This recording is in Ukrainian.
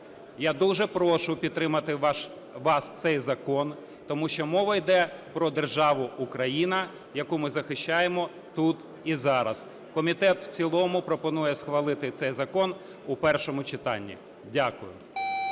Я дуже прошу підтримати вас цей закон, тому що мова йде про державу Україна, яку ми захищаємо тут і зараз. Комітет в цілому пропонує схвалити цей закон у першому читанні. Дякую.